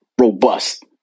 robust